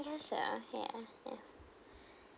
yes ah ya ya